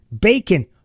bacon